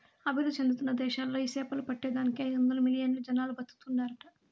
అభివృద్ధి చెందుతున్న దేశాలలో ఈ సేపలు పట్టే దానికి ఐదొందలు మిలియన్లు జనాలు బతుకుతాండారట